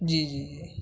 جی جی جی